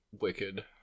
Wicked